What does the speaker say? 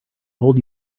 hold